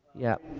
yeah.